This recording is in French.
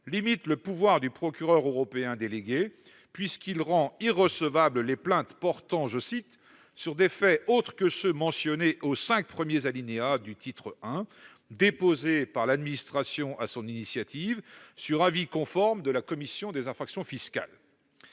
limite le pouvoir du procureur européen délégué, puisqu'il rend irrecevables « les plaintes portant sur des faits autres que ceux mentionnés aux [cinq premiers] alinéas du I [...] déposées par l'administration à son initiative, sur avis conforme de la commission des infractions fiscales